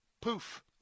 poof